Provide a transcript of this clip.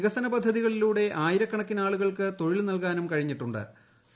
വികസന പദ്ധതികളിലൂടെ ആയിരക്കണക്കിനാളുകൾക്ക് തൊഴിൽ നൽകാനും കഴിഞ്ഞിട്ടു ്